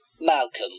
Malcolm